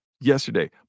Yesterday